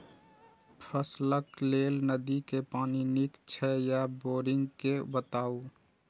फसलक लेल नदी के पानी नीक हे छै या बोरिंग के बताऊ?